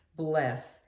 Bless